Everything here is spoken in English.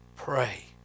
Pray